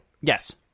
Yes